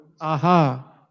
Aha